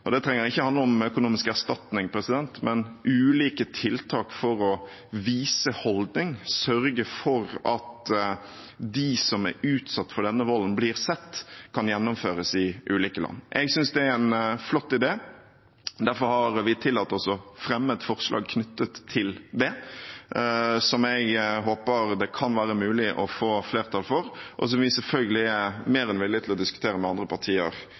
til oppreisning, trenger ikke å ha noe med økonomisk erstatning å gjøre, men ulike tiltak for å vise holdning, sørge for at de som er utsatt for denne volden, blir sett, kan gjennomføres i ulike land. Jeg synes det er en flott idé. Derfor tillater vi oss å fremme et forslag knyttet til det, som jeg håper det kan være mulig å få flertall for – og vi er selvfølgelig mer enn villige til å diskutere innretningen på det med andre partier.